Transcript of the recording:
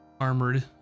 armored